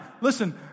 listen